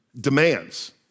Demands